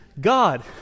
God